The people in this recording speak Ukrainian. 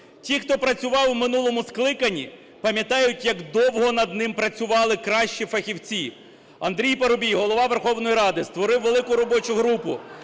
Ті, хто працював у милому скликанні, пам'ятають, як довго над ним працювали кращі фахівці. Андрій Парубій, Голова Верховної Ради, створив велику робочу групу,